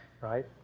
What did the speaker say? right